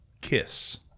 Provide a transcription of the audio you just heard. Kiss